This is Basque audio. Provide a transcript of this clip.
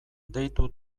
deitu